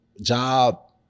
job